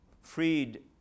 freed